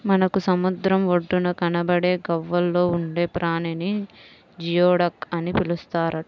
మనకు సముద్రం ఒడ్డున కనబడే గవ్వల్లో ఉండే ప్రాణిని జియోడక్ అని పిలుస్తారట